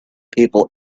people